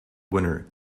winner